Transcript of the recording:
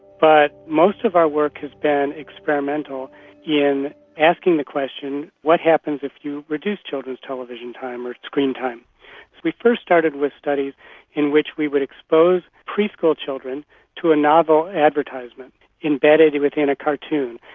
but most of our work has been experimental in asking the question what happens if you reduce children's television time or screen time. so we first started with studies in which we would expose preschool children to a novel advertisement embedded within a cartoon.